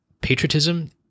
Patriotism